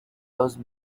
those